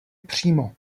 přímo